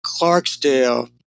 Clarksdale